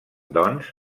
doncs